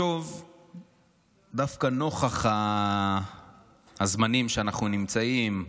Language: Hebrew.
דווקא נוכח הזמנים שאנחנו נמצאים בהם,